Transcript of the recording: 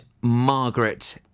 Margaret